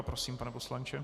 Prosím, pane poslanče.